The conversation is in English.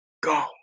go